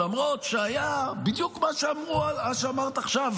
למרות שהיה בדיוק מה שאמרת עכשיו,